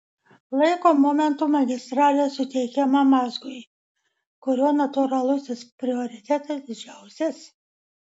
laiko momentu magistralė suteikiama mazgui kurio natūralusis prioritetas didžiausias